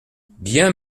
bien